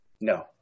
No